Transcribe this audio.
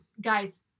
Guys